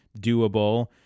doable